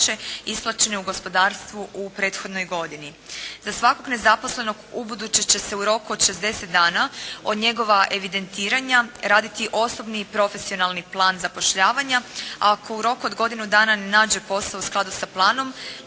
isplaćene u gospodarstvu u prethodnoj godini. Za svakog nezaposlenog ubuduće će se u roku od 60 dana od njegova evidentiranja raditi osobni i profesionalni plan zapošljavanja, a ako u roku od godinu dana ne nađe posao u skladu sa planom